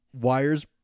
wires